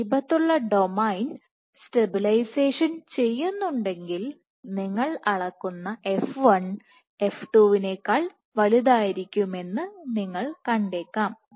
സമീപത്തുള്ള domain stabilization ചെയ്യുന്നുണ്ടെങ്കിൽ നിങ്ങൾ അളക്കുന്ന f1 f2 നേക്കാൾ വലുതായിരിക്കുമെന്ന് എന്ന് നിങ്ങൾ കണ്ടേക്കാം